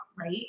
Right